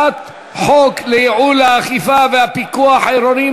חוק לייעול האכיפה והפיקוח העירוניים